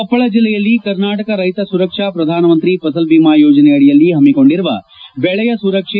ಕೊಪ್ಪಳ ಜಿಲ್ಲೆಯಲ್ಲಿ ಕರ್ನಾಟಕ ರೈತ ಸುರಕ್ಷ ಪ್ರಧಾನ ಮಂತ್ರಿ ಫಸಲ್ ಬಮಾ ಯೋಜನೆ ಅಡಿಯಲ್ಲಿ ಹಮ್ನಿಕೊಂಡಿರುವ ಬೆಳೆಯ ಸುರಕ್ಷೆ